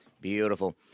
Beautiful